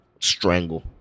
strangle